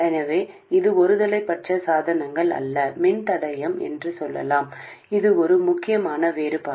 எனவே இது ஒருதலைப்பட்ச சாதனங்கள் அல்ல மின்தடையம் என்று சொல்லலாம் இது ஒரு முக்கியமான வேறுபாடு